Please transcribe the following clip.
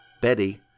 Betty